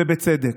ובצדק.